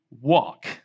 walk